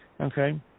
okay